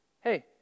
Hey